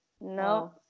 No